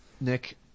nick